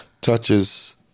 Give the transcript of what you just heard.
touches